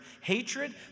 hatred